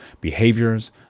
behaviors